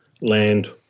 land